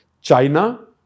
China